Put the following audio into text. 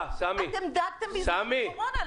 אתם דגתם בזמן הקורונה.